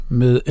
med